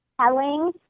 telling